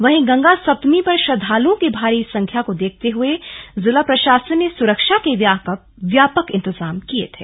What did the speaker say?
वहीं गंगा सप्तमी पर श्रद्दालुओं की भारी संख्या को देखते हुए जिला प्रशासन ने सुरक्षा के व्यापक इंतजाम किये थे